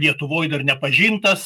lietuvoj dar nepažintas